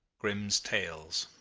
grimm's tales.